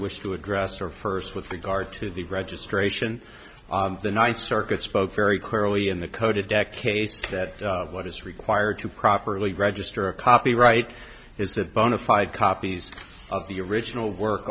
wish to address or first with regard to the registration the ninth circuit spoke very clearly in the kodak case that what is required to properly registered a copyright is of bona fide copies of the original work